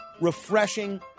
refreshing